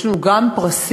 יש לנו גם פרסים,